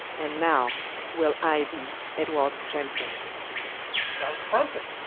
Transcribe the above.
and now will i be edwards champion sound trumpet,